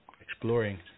exploring